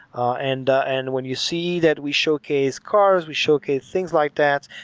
ah and and when you see that we showcase cars, we showcase things like that,